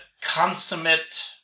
consummate